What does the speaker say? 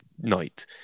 night